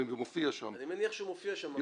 וזה מופיע שם --- אני מניח שזה מופיע שם,